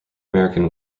american